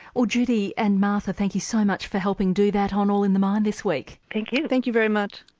well, judy and martha, thank you so much for helping do that on all in the mind this week. thank you. thank you very much.